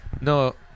No